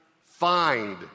find